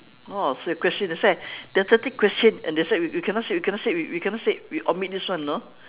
oh so your question that's why there are thirty question and that's why we cannot say we cannot say we cannot say we omit this one you know